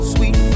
Sweet